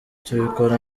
tubikora